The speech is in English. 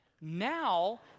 now